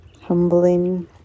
Humbling